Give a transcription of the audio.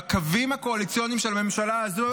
בקווים הקואליציוניים של הממשלה הזו,